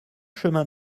chemin